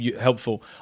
helpful